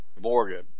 Morgan